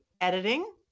editing